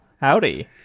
Howdy